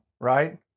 right